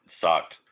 Sucked